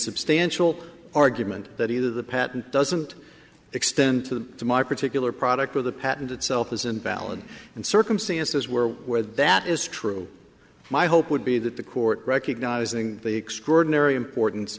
substantial argument that either the patent doesn't extend to the to my particular product or the patent itself is invalid in circumstances where where that is true my hope would be that the court recognizing the extraordinary importance